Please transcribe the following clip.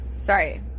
Sorry